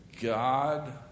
God